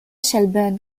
shelburne